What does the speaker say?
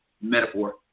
metaphor